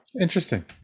Interesting